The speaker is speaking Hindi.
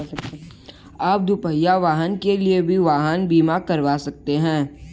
आप दुपहिया वाहन के लिए भी वाहन बीमा करवा सकते हैं